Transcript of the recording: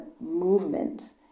movement